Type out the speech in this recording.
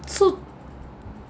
so